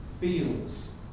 feels